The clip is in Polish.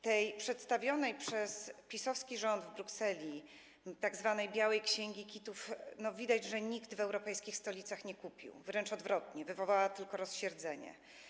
Tej przedstawionej przez PiS-owski rząd w Brukseli tzw. białej księgi kitów, jak widać, nikt w europejskich stolicach nie kupił, wręcz odwrotnie, wywołała ona tylko rozsierdzenie.